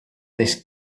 this